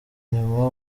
nyuma